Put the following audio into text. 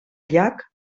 llac